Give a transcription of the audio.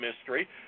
mystery